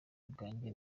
ubwanjye